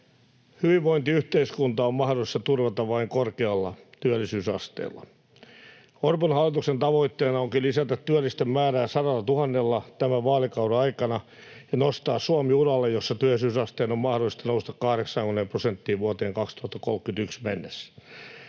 Hyvinvointiyhteiskunta on mahdollista turvata vain korkealla työllisyysasteella. Orpon hallituksen tavoitteena onkin lisätä työllisten määrää sadallatuhannella tämän vaalikauden aikana ja nostaa Suomi uralle, jossa työllisyysasteen on mahdollista nousta 80 prosenttiin vuoteen 2031 mennessä.